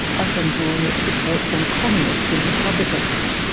often drawing its support from communists and republicans.